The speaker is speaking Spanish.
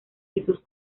jesús